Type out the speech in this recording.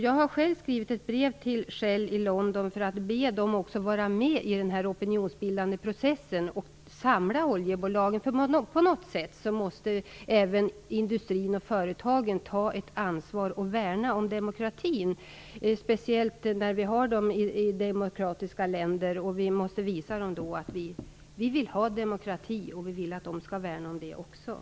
Jag har själv skrivit ett brev till Shell i London för att be dem vara med i den opinionsbildande processen och samla oljebolagen. På något sätt måste även industrin och företagen ta ett ansvar och värna om demokratin, speciellt när de finns även i demokratiska länder. Vi måste visa dem att vi vill ha demokrati och att vi vill att även de skall värna om den.